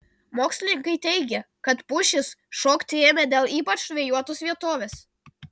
mokslininkai teigia kad pušys šokti ėmė dėl ypač vėjuotos vietovės